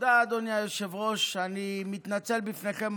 התשפ"ב 2022, לקריאה שנייה ושלישית.